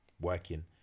working